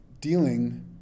dealing